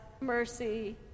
mercy